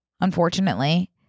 unfortunately